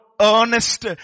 earnest